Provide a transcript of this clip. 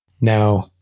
Now